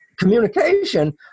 Communication